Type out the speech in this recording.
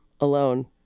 alone